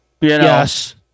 Yes